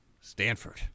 Stanford